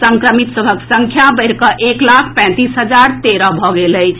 संक्रमित सभक संख्या बढ़िकऽ एक लाख पैंतीस हजार तेरह भऽ गेल अछि